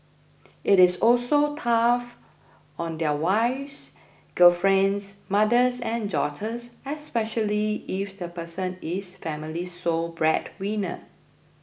it is also tough on their wives girlfriends mothers and daughters especially if the person is the family's sole breadwinner